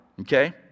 Okay